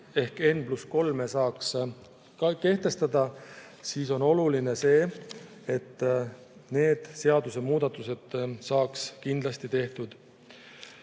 ehk n+3 saaks kehtestada, on oluline see, et need seadusemuudatused saaks kindlasti tehtud.